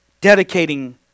Dedicating